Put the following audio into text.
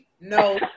no